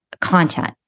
content